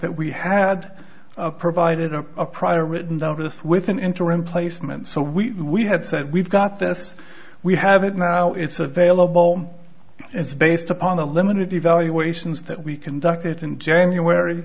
that we had provided a prior written doubtless with an interim placement so we we had said we've got this we have it now it's available it's based upon a limited evaluations that we conducted in january